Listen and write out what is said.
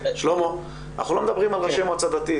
שלמה, אנחנו לא מדברים על ראשי מועצה דתית.